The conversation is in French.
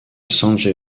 sanjay